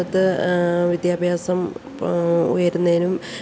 വിദ്യാഭ്യാസം ഉയരുന്നതിനും